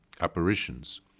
apparitions